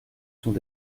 sont